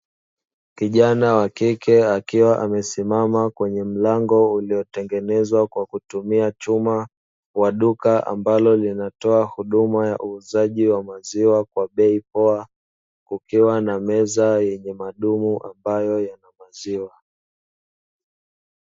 Kijana wa kike akiwa amesimama kwenye mlango uliotengenezwa kwa kutumia chuma, wa duka ambalo linatoa huduma ya uuzaji wa maziwa kwa bei poa, ukiwa na meza yenye madumu ambayo yana maziwa.